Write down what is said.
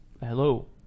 Hello